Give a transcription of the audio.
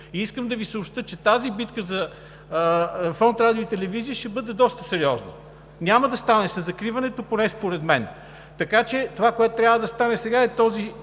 Искам да Ви съобщя, че тази битка за Фонд „Радио и телевизия“ ще бъде доста сериозна. Няма да стане със закриването поне според мен, така че това, което трябва да стане сега, е този